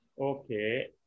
Okay